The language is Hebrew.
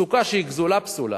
הסוכה שהיא גזולה פסולה.